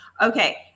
Okay